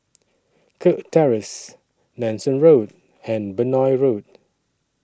Kirk Terrace Nanson Road and Benoi Road